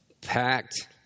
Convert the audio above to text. packed